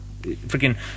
freaking